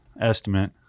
estimate